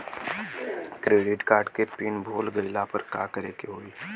Credit card के pin भूल गईला पर का करे के होई?